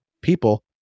people